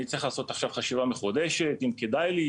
אני צריך לעשות עכשיו חשיבה מחודשת אם כדאי לי,